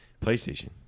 PlayStation